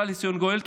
בא לציון גואל.